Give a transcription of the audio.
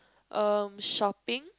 uh shopping